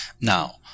now